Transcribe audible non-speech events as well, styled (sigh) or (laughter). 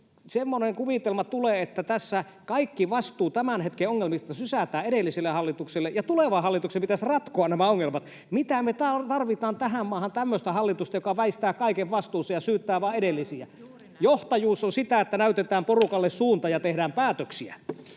semmoinen kuvitelma, että tässä kaikki vastuu tämän hetken ongelmista sysätään edelliselle hallitukselle ja tulevan hallituksen pitäisi ratkoa nämä ongelmat. Mitä me tarvitaan tähän maahan tämmöistä hallitusta, joka väistää kaiken vastuunsa ja syyttää vaan edellisiä? Johtajuus on sitä, (noise) että näytetään porukalle suunta ja tehdään päätöksiä.